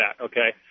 okay